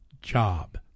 job